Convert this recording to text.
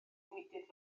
fwydydd